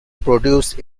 produced